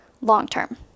long-term